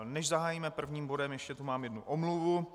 Než zahájíme prvním bodem, ještě tu mám jednu omluvu.